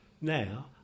now